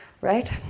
Right